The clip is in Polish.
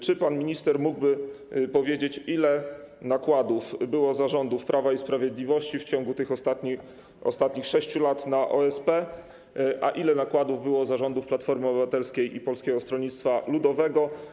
Czy pan minister mógłby powiedzieć, ile nakładów było za rządów Prawa i Sprawiedliwości w ciągu tych ostatnich 6 lat na OSP, a ile nakładów było za rządów Platformy Obywatelskiej i Polskiego Stronnictwa Ludowego.